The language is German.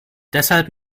deshalb